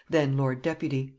then lord-deputy.